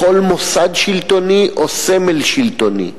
בכל מוסד שלטוני או סמל שלטוני,